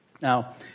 Now